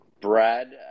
Brad